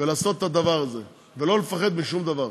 ולעשות את הדבר הזה ולא לפחד משום דבר.